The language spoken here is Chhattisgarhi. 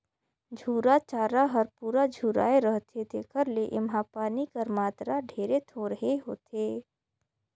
झूरा चारा हर पूरा झुराए रहथे तेकर ले एम्हां पानी कर मातरा ढेरे थोरहें होथे